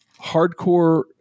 hardcore